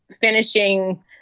finishing